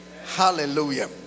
Hallelujah